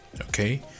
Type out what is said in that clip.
Okay